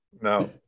No